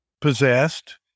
possessed